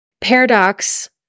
Paradox